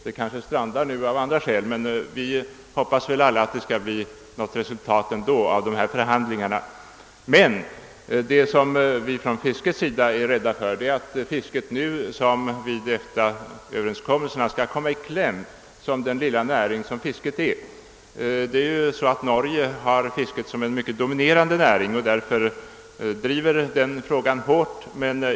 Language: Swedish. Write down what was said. Den kanske strandar nu av speciella skäl, men alla hoppas väl att dei ändå skall bli något resultat av förhandlingarna. Men vad vi inom fisket är rädda för är att fisket nu som vid EFTA-överenskommelserna skall komma i kläm, som den lilla näring fisket är. Norge har ju fisket som en mycket dominerande näring och driver därför frågan hårt.